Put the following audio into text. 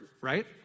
right